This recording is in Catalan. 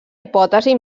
hipòtesi